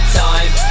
time